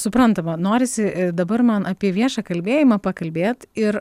suprantama norisi dabar man apie viešą kalbėjimą pakalbėt ir